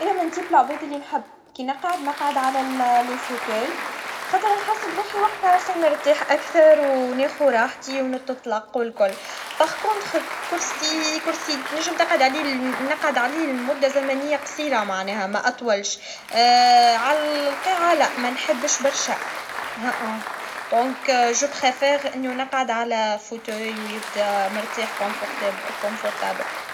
نفضل الجلوس على الأرائك. تكون مريحة وتخلي الواحد يحس بالاسترخاء. الكراسي تكون أقل راحة، والأرض مش دايمًا مريحة. الأرائك تعطي جو مريح، خاصة وقت ما نحب نشوف فيلم أو نقعد مع الأصحاب.